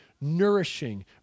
nourishing